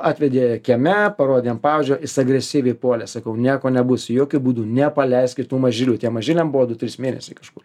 atvedė kieme parodė ant pavadžio jis agresyviai puolė sakau nieko nebus jokiu būdu nepaleiskit tų mažylių tiem mažyliam buvo du trys mėnesiai kažkur